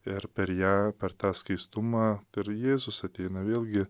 ir per ją per tą skaistumą jėzus ateina vėlgi